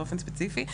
באופן ספציפי,